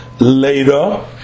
later